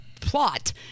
plot